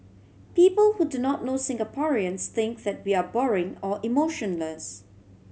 people who do not know Singaporeans think that we are boring or emotionless